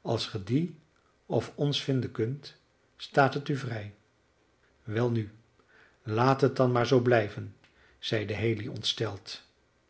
als gij die of ons vinden kunt staat het u vrij welnu laat het dan maar zoo blijven zeide haley ontsteld